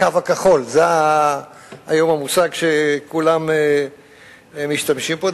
"הקו הכחול", היום זה המושג שכולם משתמשים בו.